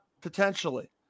Potentially